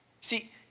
See